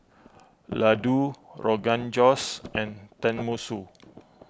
Ladoo Rogan Josh and Tenmusu